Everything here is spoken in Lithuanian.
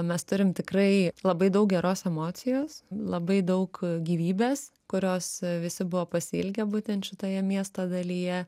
mes turim tikrai labai daug geros emocijos labai daug gyvybės kurios visi buvo pasiilgę būtent šitoje miesto dalyje